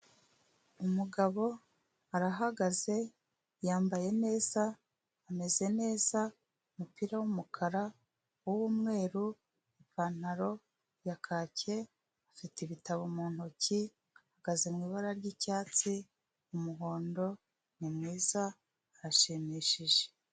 Umugabo arahagaze, yambaye neza, ameze neza, umupira w'umukara, uw'umweru, ipantaro ya kake, afite ibitabo mu ntoki, ahagaze mu ibara ry'icyatsi, umuhondo, ni mwiza, arashimishije.